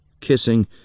kissing